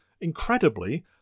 Incredibly